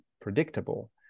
predictable